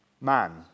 man